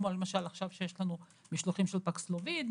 כמו למשל עכשיו שיש לנו משלוחים של פקסלוביד,